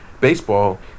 baseball